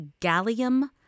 gallium